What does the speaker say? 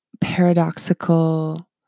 Paradoxical